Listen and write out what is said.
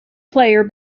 player